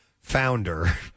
founder